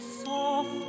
soft